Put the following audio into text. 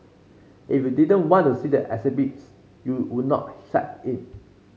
if you didn't want to see the exhibits you would not step in